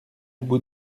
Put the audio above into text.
bout